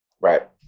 Right